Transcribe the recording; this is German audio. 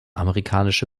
amerikanische